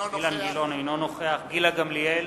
אינו נוכח גילה גמליאל